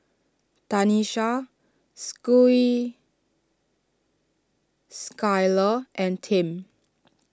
Tanisha Schuyler and Tim